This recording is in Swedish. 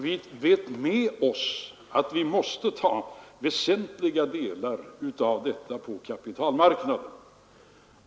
Vi vet med oss att vi måste ta väsentliga delar av detta på kapitalmarknaden.